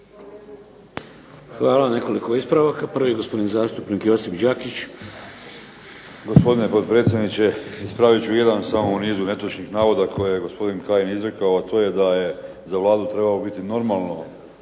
Hvala. Nekoliko ispravaka. Prvi gospodin Đakić. **Đakić, Josip (HDZ)** Gospodine potpredsjedniče. Ispravit ću jedan samo u nizu netočnih navoda koje je gospodin Kajin izrekao, a to je da je za Vladu trebalo biti normalno